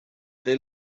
they